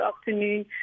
afternoon